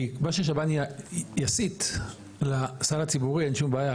כי מה ששב"ן יסיט לסל הציבורי אין שום בעיה,